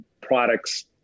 products